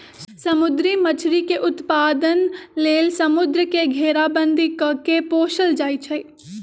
समुद्री मछरी के उत्पादन लेल समुंद्र के घेराबंदी कऽ के पोशल जाइ छइ